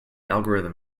algorithm